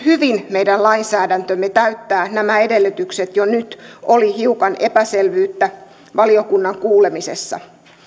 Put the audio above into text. hyvin meidän lainsäädäntömme täyttää nämä edellytykset jo nyt oli hiukan epäselvyyttä valiokunnan kuulemisessa